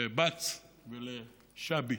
בבץ ובשבי.